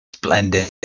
Splendid